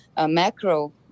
Macro